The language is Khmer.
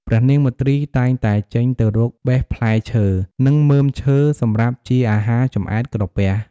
ព្រះនាងមទ្រីតែងតែចេញទៅរកបេះផ្លែឈើ និងមើមឈើសម្រាប់ជាអាហារចម្អែតក្រពះ។